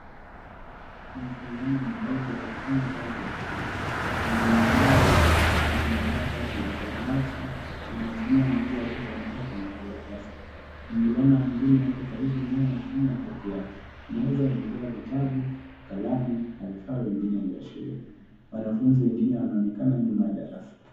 Mvulana mdogo akifanya kazi ya shule. Ni mlemavu na amevaa shati la samawati na anatumia mguu wake kuandika kwenye karatasi. Mvulana mwingine yuko karibu naye akifanya kazi yake. Meza imejaa vitabu, kalamu na vifaa vingine vya shule. Wanafunzi wengine wanaonekana nyuma ya darasa.